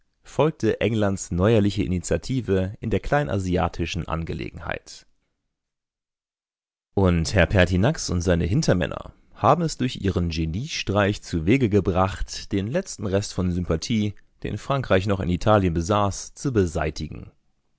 folgte englands neuerliche initiative in der kleinasiatischen angelegenheit und herr pertinax und seine hintermänner haben es durch ihren geniestreich zuwege gebracht den letzten rest von sympathie den frankreich noch in italien besaß zu beseitigen